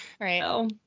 right